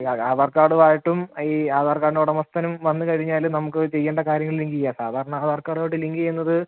ഈ ആധാർ കാർഡുവായിട്ടും ഈ ആധാർ കാർഡിൻ്റെ ഉടമസ്ഥനും വന്ന് കഴിഞ്ഞാൽ നമുക്ക് ചെയ്യേണ്ട കാര്യങ്ങൾ ലിങ്ക് ചെയ്യാം സാധാരണ അധാർകാർഡായിട്ട് ലിങ്ക് ചെയ്യുന്നത്